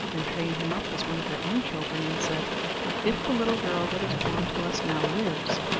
and trained him up as one of their own children, and said if the little girl that is born to us now lives,